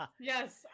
Yes